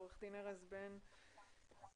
עו"ד ארז בן ארויה.